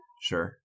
Sure